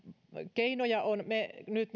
keinoja on nyt